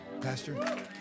Pastor